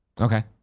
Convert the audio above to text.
okay